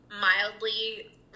mildly